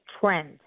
trend